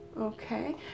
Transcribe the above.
okay